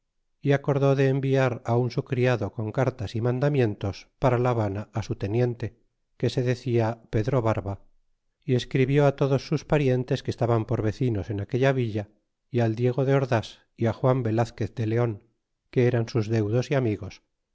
y acordó de enviar un su criado con cartas y mandamientos para la e habana á su teniente que se decia pedro barba y escribió hi todos sus parientes que estabaa por vecinos en aquella villa y al diego de ordás y á juan velazquez de leon que eran sus deudos é amigos